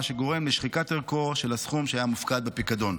מה שגורם לשחיקת ערכו של הסכום שהיה מופקד בפיקדון.